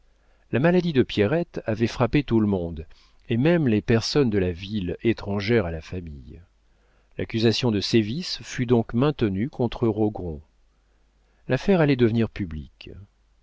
la maladie de pierrette avait frappé tout le monde et même les personnes de la ville étrangères à la famille l'accusation de sévices fut donc maintenue contre rogron l'affaire allait devenir publique